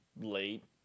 late